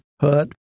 hut